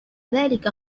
ذلك